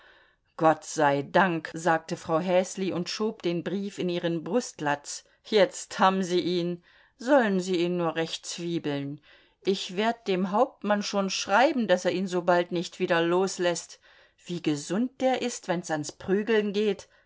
gott sei dank sagte frau häsli und schob den brief in ihren brustlatz jetzt ham sie ihn sollen ihn nur recht zwiebeln ich werd dem hauptmann schon schreiben daß er ihn sobald nicht wieder losläßt wie gesund der ist wenns ans prügeln geht